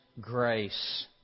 grace